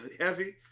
heavy